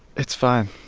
it's fine